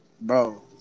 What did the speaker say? Bro